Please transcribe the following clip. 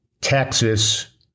Texas